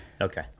okay